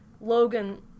Logan